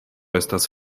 estas